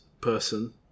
person